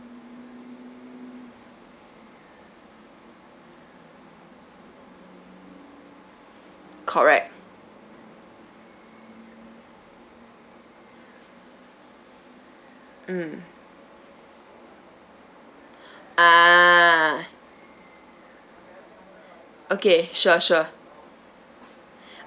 ah correct mm ah okay sure sure